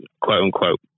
quote-unquote